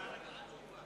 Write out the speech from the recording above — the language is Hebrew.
אישור סעיף זה ל-2010?